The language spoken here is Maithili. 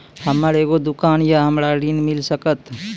हमर एगो दुकान या हमरा ऋण मिल सकत?